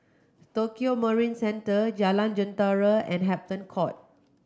Tokio Marine Centre Jalan Jentera and Hampton Court